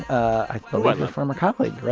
i believe a former colleague,